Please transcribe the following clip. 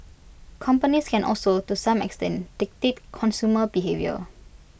companies can also to some extent dictate consumer behaviour